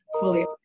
fully